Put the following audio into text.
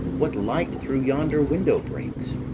what light through yonder window breaks?